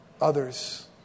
others